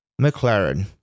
McLaren